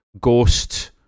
ghost